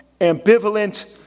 ambivalent